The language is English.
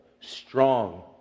strong